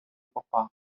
попа